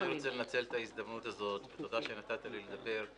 אני רוצה לנצל את ההזדמנות הזאת תודה שנתת לי לדבר,